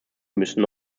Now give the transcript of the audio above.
müssen